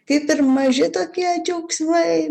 kaip ir maži tokie džiaugsmai